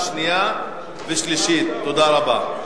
37, נגד, 11, נמנעים, אין.